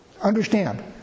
understand